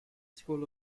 school